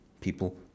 people